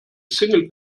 single